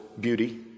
beauty